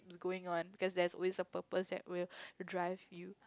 is going on cause there will always a purpose that will drive you